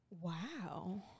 Wow